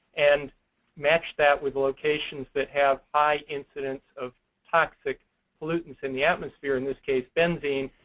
and matched that with the locations that have high incidence of toxic pollutants in the atmosphere in this case benzene.